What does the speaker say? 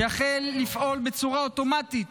ויחל לפעול בצורה אוטומטית